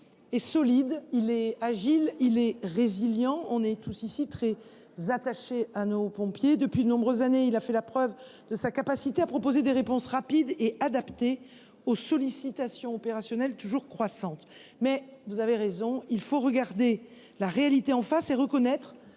est solide, agile et résilient. Nous sommes tous ici très attachés à nos pompiers. Depuis de nombreuses années, ce modèle a fait la preuve de sa capacité à proposer des réponses rapides et adaptées à des sollicitations opérationnelles toujours croissantes. Toutefois, vous avez raison, il faut regarder la réalité en face et reconnaître